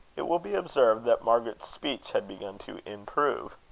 it will be observed that margaret's speech had begun to improve,